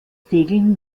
segeln